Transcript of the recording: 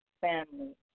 family